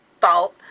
thought